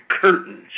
curtains